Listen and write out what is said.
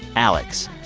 alex,